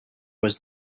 was